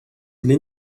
для